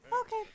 Okay